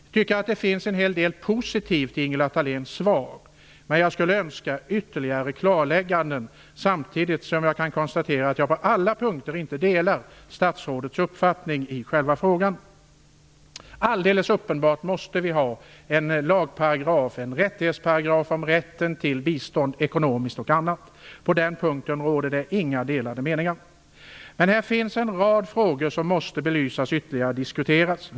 Det finns en hel del positivt i Ingela Thaléns svar, men jag skulle önska ytterligare klarlägganden, samtidigt som jag kan konstatera att jag på alla punkter inte delar statsrådets uppfattning i själva frågan. Alldeles uppenbart måste vi ha en lagparagraf, en rättighetsparagraf om rätten till bistånd, ekonomiskt och annat. På den punkten råder det inga delade meningar. Men här finns en rad frågor som måste belysas och ytterligare diskuteras.